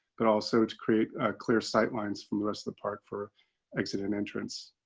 but also to create clear sight lines from the rest of the park for exit and entrance.